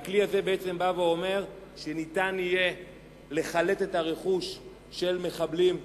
הכלי הזה בעצם אומר שיהיה אפשר לחלט את הרכוש של מחבלים מתאבדים,